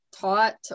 taught